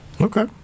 Okay